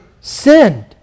sinned